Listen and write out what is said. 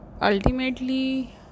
ultimately